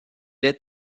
est